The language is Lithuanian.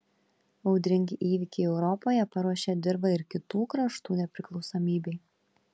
audringi įvykiai europoje paruošė dirvą ir kitų kraštų nepriklausomybei